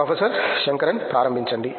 professor Shankaran ప్రారంభించండి